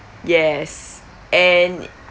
yes and